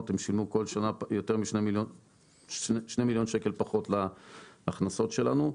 הם שילמו כל שנה יותר מ-2,000,000 פחות להכנסות שלנו.